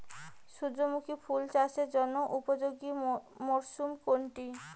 সূর্যমুখী ফুল চাষের জন্য উপযোগী মরসুম কোনটি?